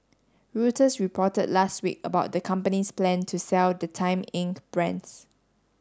Reuters reported last week about the company's plan to sell the Time Inc brands